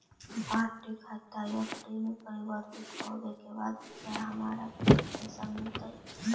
RD खाता FD में परिवर्तित होवे के बाद क्या हमारा पूरे पैसे मिलतई